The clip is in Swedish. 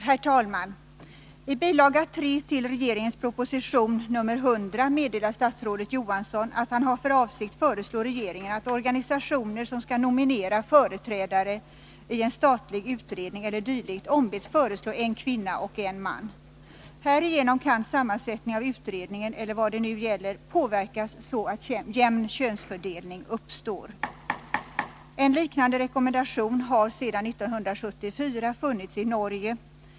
Herr talman! I bilaga 3 till regeringens proposition 1980/81:100 meddelar statsrådet Johansson att han har för avsikt att föreslå regeringen att organisationer som skall nominera företrädare i en statlig utredning e. d. ombeds föreslå en kvinna och en man. Härigenom kan sammansättningen av utredningen, eller vad det nu gäller, påverkas så att jämn könsfördelning uppstår. En liknande rekommendation har sedan 1974 funnits i Norge.